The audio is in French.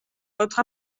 votre